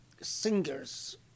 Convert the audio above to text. singers